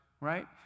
right